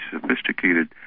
sophisticated